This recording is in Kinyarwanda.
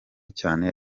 cyane